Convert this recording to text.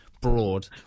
broad